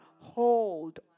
hold